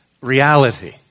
reality